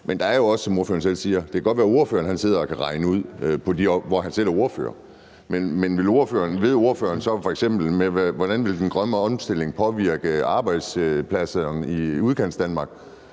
det godt kan være, ordføreren sidder og kan regne det ud, hvor han selv er ordfører, men ved ordføreren så f.eks., hvordan den grønne omstilling vil påvirke arbejdspladserne i Udkantsdanmark?